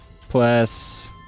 plus